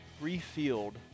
refilled